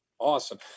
Awesome